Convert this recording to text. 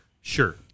sure